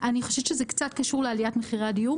אני חושבת שזה קצת קשור לעליית מחירי הדיור